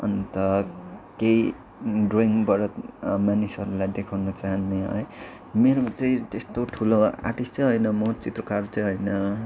अन्त केही ड्रइङबाट मानिसहरूलाई देखाउनु चहाने है मेरो चाहिँ त्यस्तो ठुलो आर्टिस्ट चाहिँ होइन म चित्रकार चाहिँ होइन